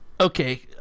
Okay